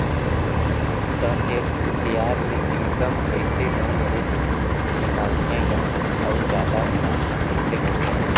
त फेर कुसियार ले इनकम कइसे ढंग ले निकालथे गा अउ जादा मुनाफा कइसे होथे